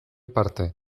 parte